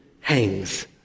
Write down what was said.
hangs